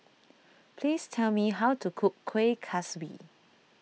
please tell me how to cook Kueh Kaswi